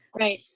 Right